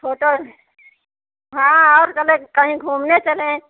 photo हाँ और चले कहीं घूमने चलें